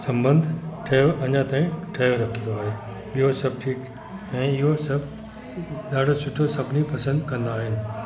संबंध ठहियो अञा ताईं ठहियो रखंदो आहे ॿियो सभु ठीकु ऐं इहो सभु ॾाढो सुठो सभिनी पसंदि कंदा आहिनि